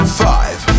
five